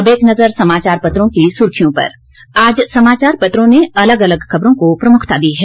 और अब एक नजर समाचार पत्रों की सुर्खियां पर आज समाचार पत्रों ने अलग अलग खबरों को प्रमुखता दी है